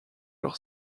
leur